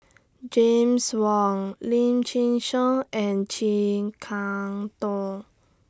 James Wong Lim Chin Siong and Chee Kong Door